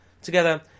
Together